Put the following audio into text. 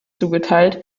zugeteilt